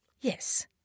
Yes